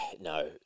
no